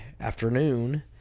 afternoon